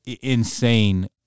insane